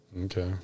Okay